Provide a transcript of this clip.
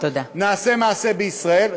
נעשה מעשה בישראל.